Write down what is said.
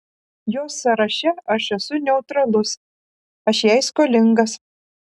jos sąraše aš esu neutralus aš jai skolingas